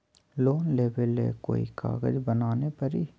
Loan लेबे ले कोई कागज बनाने परी?